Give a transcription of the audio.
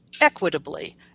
equitably